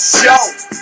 show